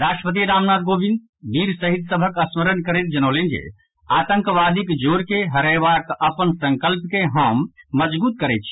राष्ट्रपति रामनाथ कोविंद वीर शहीद सभक स्मरण करैत जनौलनि जे आतंकवादीक जोर के रहयबाक अपन संकल्प के हम मजगूत करैत छी